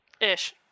ish